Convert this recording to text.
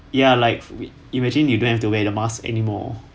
ya like we imagine you don't have to wear the mask anymore